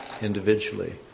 individually